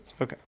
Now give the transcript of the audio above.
Okay